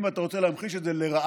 אם אתה רוצה להמחיש את זה לרעה